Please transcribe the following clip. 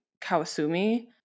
Kawasumi